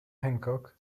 hancock